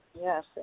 Yes